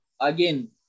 again